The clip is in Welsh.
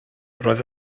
roedd